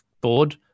board